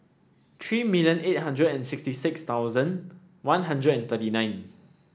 three million eight hundred and sixty six thousand One Hundred and thirty nine